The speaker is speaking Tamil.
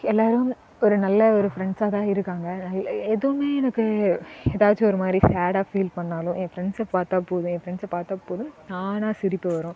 எல்லோரும் ஒரு நல்ல ஒரு ஃப்ரண்ட்ஸாக தான் இருக்காங்க எதுவுமே எனக்கு எதாச்சும் ஒரு மாதிரி சேடாக ஃபீல் பண்ணாலோ என் ஃப்ரண்ட்ஸை பார்த்தா போதும் என் ஃப்ர்ண்ட்ஸை பார்த்தா போதும் தானாக சிரிப்பு வரும்